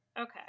Okay